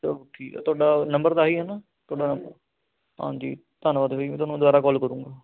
ਚਲੋ ਠੀਕ ਆ ਤੁਹਾਡਾ ਨੰਬਰ ਤਾਂ ਆਹੀ ਹੈ ਨਾ ਤੁਹਾਡਾ ਹਾਂਜੀ ਧੰਨਵਾਦ ਵੀਰ ਮੈਂ ਤੁਹਾਨੂੰ ਦੁਬਾਰਾ ਕਾਲ ਕਰੁੰਗਾ